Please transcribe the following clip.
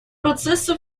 процессы